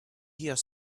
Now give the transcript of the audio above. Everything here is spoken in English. here